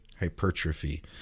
hypertrophy